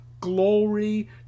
Glory